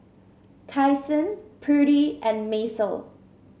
Kyson Prudie and Macel